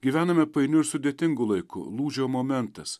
gyvename painiu ir sudėtingu laiku lūžio momentas